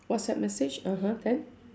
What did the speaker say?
whatsapp message (uh huh) then